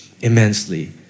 immensely